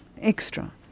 extra